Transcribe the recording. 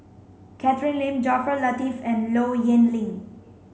Catherine Lim Jaafar Latiff and Low Yen Ling